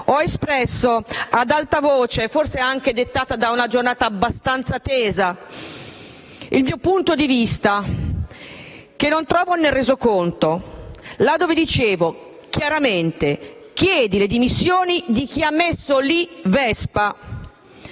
ho espresso ad alta voce - forse anche dettata da una giornata abbastanza tesa - il mio punto di vista, che però non trovo nel Resoconto, dicendo chiaramente: «Chiedi le dimissioni di chi ha messo lì Vespa!».